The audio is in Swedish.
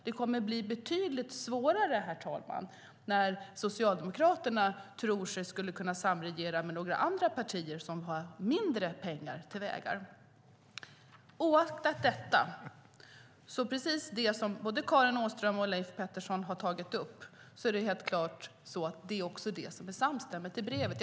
Det kommer att bli betydligt svårare, herr talman, när Socialdemokraterna tror sig kunna samregera med andra partier som har mindre pengar till vägar. Oavsett detta är det precis som Karin Åström och Leif Pettersson har tagit upp att det är helt samstämmigt i breven.